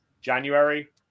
January